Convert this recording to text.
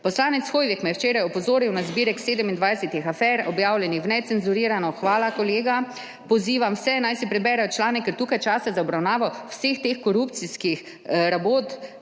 Poslanec Hoivik me je včeraj opozoril na zbirk 27 afer, objavljenih necenzurirano. Hvala, kolega. Pozivam vse, naj si preberejo članek, ker tukaj časa za obravnavo vseh teh korupcijskih rabot